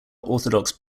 orthodox